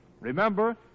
Remember